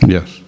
Yes